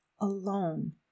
alone